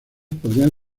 podrían